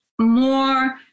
more